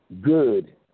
good